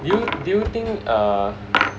do you do you think err